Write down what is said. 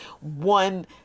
one